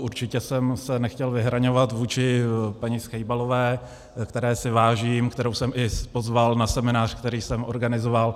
Určitě jsem se nechtěl vyhraňovat vůči paní Schejbalové, které si vážím, kterou jsem i pozval na seminář, který jsem organizoval.